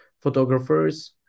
photographers